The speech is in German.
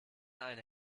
eine